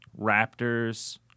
Raptors